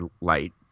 light